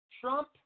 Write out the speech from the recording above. Trump